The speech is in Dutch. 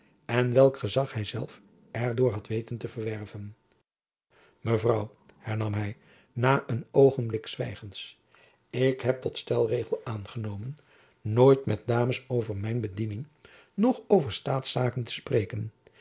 en welk gezach hy zelf er door had weten te verwerven mevrouw hernam hy na een oogenblik zwijgens ik heb tot stelregel aangenomen nooit met dames over mijn bediening noch over staatszaken te spreken